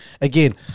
Again